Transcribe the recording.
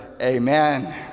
Amen